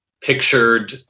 pictured